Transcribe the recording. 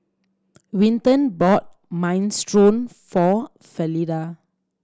Winton bought Minestrone for Fleda